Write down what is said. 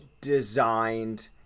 designed